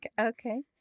Okay